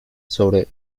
sobre